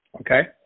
Okay